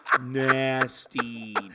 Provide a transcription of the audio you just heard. Nasty